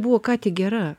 buvo ką tik gera